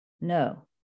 No